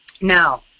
Now